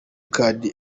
card